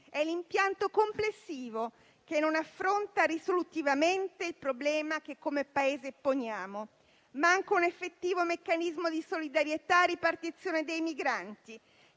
L'impianto complessivo non affronta risolutivamente il problema che poniamo come Paese. Manca un effettivo meccanismo di solidarietà e ripartizione dei migranti,